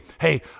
hey